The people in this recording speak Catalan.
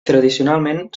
tradicionalment